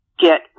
get